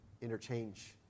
interchange